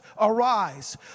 arise